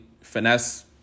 finesse